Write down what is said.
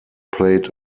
played